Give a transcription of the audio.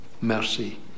mercy